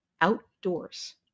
outdoors